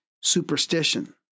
superstition